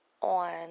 on